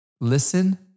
Listen